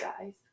guys